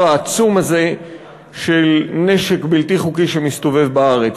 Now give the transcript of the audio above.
העצום הזה של נשק בלתי חוקי שמסתובב בארץ.